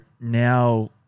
now